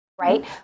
Right